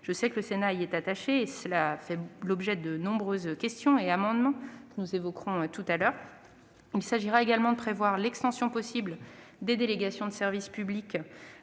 Je sais que le Sénat y est attaché et cela a fait l'objet de nombreuses questions et amendements que nous évoquerons tout à l'heure. Il s'agira également de prévoir l'extension possible des délégations de service public